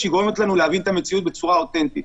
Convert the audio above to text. שהיא גורמת לנו להבין את המציאות בצורה אותנטית.